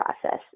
process